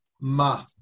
ma